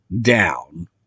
down